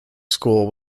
school